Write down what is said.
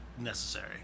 Necessary